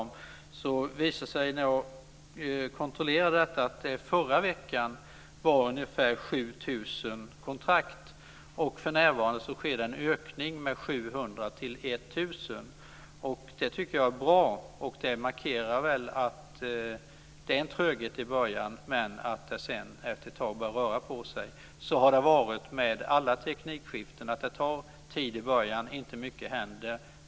Det visade sig, när jag kontrollerade detta, att det förra veckan var ungefär 7 000 kontrakt, och för närvarande sker det en ökning med 700 till 1 000. Det tycker jag är bra, och det markerar väl att det är en tröghet i början men att det sedan efter ett tag börjar röra på sig. Så har det varit med alla teknikskiften. Det tar tid i början, inte mycket händer.